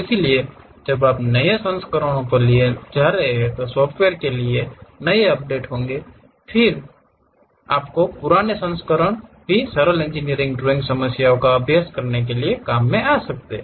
इसलिए जब आप नए संस्करणों के लिए जा रहे हैं तो सॉफ़्टवेयर के लिए नए अपडेट होंगे फिर भी पुराने संस्करण सरल इंजीनियरिंग ड्राइंग समस्याओं का अभ्यास करने के लिए काम करते हैं